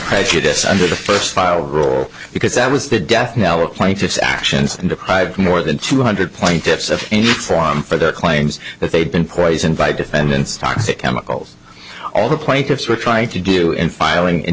prejudice under the first file rule because that was the death knell of plaintiff's actions and deprived more than two hundred plaintiffs of any form for their claims that they've been poisoned by defendants toxic chemicals all the plaintiffs were trying to do in filing in